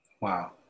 Wow